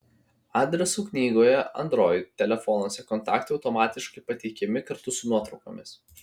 adresų knygoje android telefonuose kontaktai automatiškai pateikiami kartu su nuotraukomis